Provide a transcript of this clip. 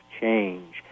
change